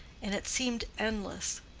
and it seemed endless.